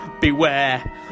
Beware